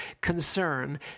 concern